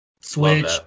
Switch